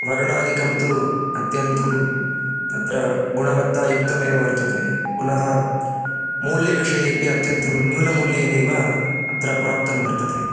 वर्णादिकं तु अत्यन्तं तत्र गुणवत्तायुक्तमेव वर्तते पुनः मूल्यविषयेपि अत्यन्तं न्यूनमूल्येनैव अत्र प्राप्तं वर्तते